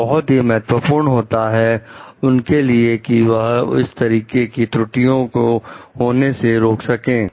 यह बहुत ही महत्वपूर्ण होता है उनके लिए कि वह इस तरीके की त्रुटियों को होने से रोके